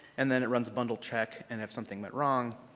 and then it runs a bundle check, and if something went wrong,